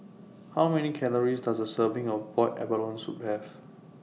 How Many Calories Does A Serving of boiled abalone Soup Have